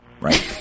Right